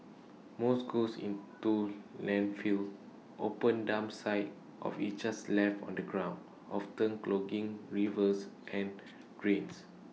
most goes into landfills open dump sites of IT just left on the ground often clogging rivers and drains